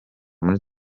muri